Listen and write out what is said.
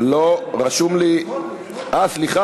לא, רשום לי, סמוטריץ.